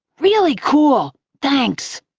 really cool. thanks.